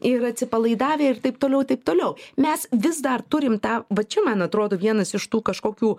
yra atsipalaidavę ir taip toliau ir taip toliau mes vis dar turim tą va čia man atrodo vienas iš tų kažkokių